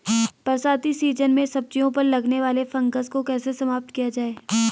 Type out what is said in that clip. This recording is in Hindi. बरसाती सीजन में सब्जियों पर लगने वाले फंगस को कैसे समाप्त किया जाए?